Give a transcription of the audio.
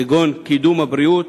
כגון קידום הבריאות,